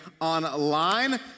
online